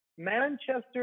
Manchester